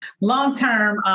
long-term